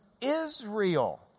Israel